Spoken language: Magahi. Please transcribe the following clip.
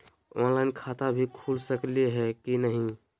ऑनलाइन खाता भी खुल सकली है कि नही?